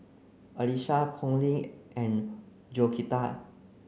Alisa Conley and Georgetta